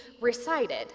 recited